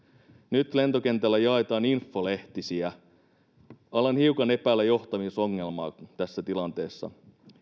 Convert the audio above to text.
nyt lentokentällä jaetaan infolehtisiä alan hiukan epäillä johtamisongelmaa tässä tilanteessa